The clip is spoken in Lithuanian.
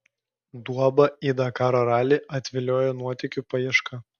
duobą į dakaro ralį atviliojo nuotykių paieška